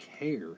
care